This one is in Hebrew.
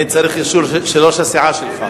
אני צריך אישור של ראש הסיעה שלך.